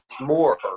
more